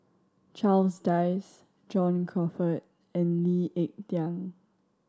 Charles Dyce John Crawfurd and Lee Ek Tieng